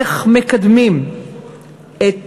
איך מקדמים את